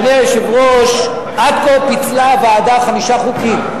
אדוני היושב-ראש, עד כה פיצלה הוועדה חמישה חוקים.